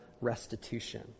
restitution